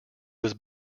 was